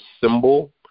symbol